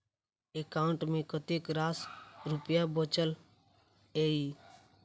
account मे कतेक रास रुपया बचल एई